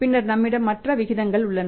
பின்னர் நம்மிடம் மற்ற விகிதங்கள் உள்ளன